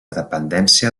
dependència